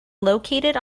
located